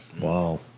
Wow